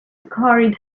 scurried